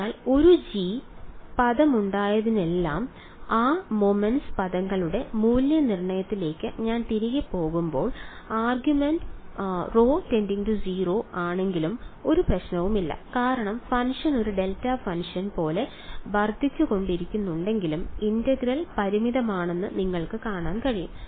അതിനാൽ ഒരു g പദമുണ്ടായിരുന്നിടത്തെല്ലാം ആ മൊമെന്റ് പദങ്ങളുടെ മൂല്യനിർണ്ണയത്തിലേക്ക് ഞാൻ തിരികെ പോകുമ്പോൾ ആർഗ്യുമെന്റ് ρ → 0 ആണെങ്കിലും ഒരു പ്രശ്നവുമില്ല കാരണം ഫംഗ്ഷൻ ഒരു ഡെൽറ്റ ഫംഗ്ഷൻ പോലെ വർദ്ധിച്ചുകൊണ്ടിരിക്കുന്നുണ്ടെങ്കിലും ഇന്റഗ്രൽ പരിമിതമാണെന്ന് നിങ്ങൾക്ക് കാണാൻ കഴിയും